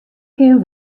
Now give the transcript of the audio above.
kin